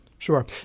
Sure